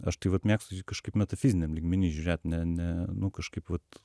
aš tai vat mėgstu kažkaip metafiziniam lygmeny žiūrėt ne ne nu kažkaip vat